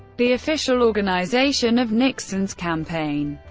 the official organization of nixon's campaign.